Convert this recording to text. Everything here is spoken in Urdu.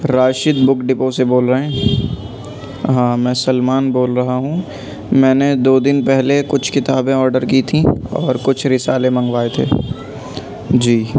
راشد بک ڈپو سے بول رہے ہیں ہاں میں سلیمان بول رہا ہوں میں نے دو دن پہلے کچھ کتابیں آڈر کی تھیں اور کچھ رسالے منگوائے تھے جی